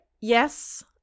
yes